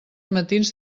matins